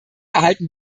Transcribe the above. erhalten